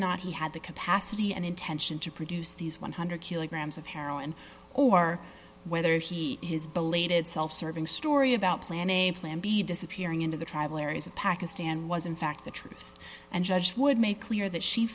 not he had the capacity and intention to produce these one hundred kilograms of heroin or whether he has belated self serving story about plan a plan b disappearing into the tribal areas of pakistan was in fact the truth and judge would make clear that she